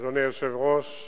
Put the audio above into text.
אדוני היושב-ראש,